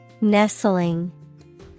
nestling